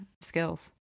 skills